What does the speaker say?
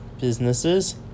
businesses